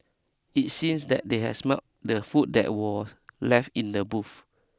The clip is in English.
it seems that they had smelt the food that was left in the booth